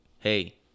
Hey